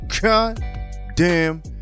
goddamn